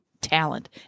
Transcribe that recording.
talent